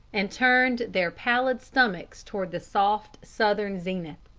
and turned their pallid stomachs toward the soft southern zenith.